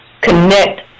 connect